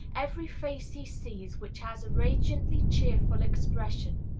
every face he sees which has a radiantly cheerful expression.